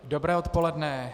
Dobré odpoledne.